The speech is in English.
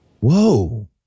Whoa